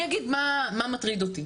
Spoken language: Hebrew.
אני אגיד מה מטריד אותי,